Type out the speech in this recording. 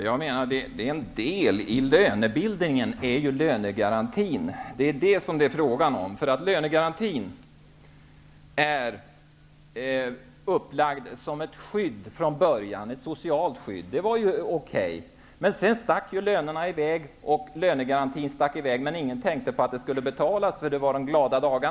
Herr talman! Vad jag menar är att det är en del i lönebilden, lönegarantin, som det är fråga om. Lönegarantin var från början upplagd som ett socialt skydd. Det var okej, men sedan stack ju lönerna och lönegarantin i väg. Eftersom det var under de glada dagarnas tid var det inte någon som tänkte på att det skulle betalas.